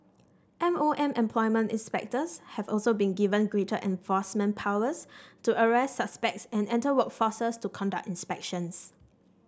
M O M employment inspectors have also been given greater enforcement powers to arrest suspects and enter work to conduct inspections